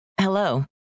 Hello